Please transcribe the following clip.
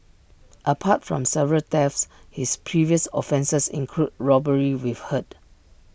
apart from several thefts his previous offences include robbery with hurt